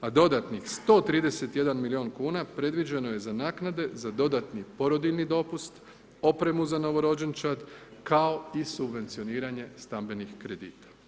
A dodatnih 131 milijun kuna predviđeno je za naknade za dodatni porodiljni dopust, opremu za novorođenčad kao i subvencioniranje stambenih kredita.